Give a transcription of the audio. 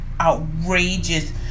outrageous